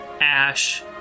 Ash